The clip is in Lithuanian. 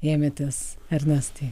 ėmėtės ernestai